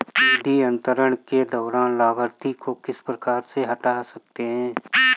निधि अंतरण के दौरान लाभार्थी को किस प्रकार से हटा सकते हैं?